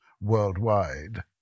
worldwide